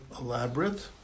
elaborate